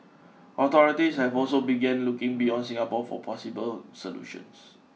authorities have also begun looking beyond Singapore for possible solutions